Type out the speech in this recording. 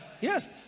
Yes